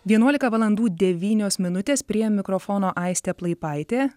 vienuolika valandų devynios minutės prie mikrofono aistė plaipaitė